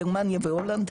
גרמניה והולנד,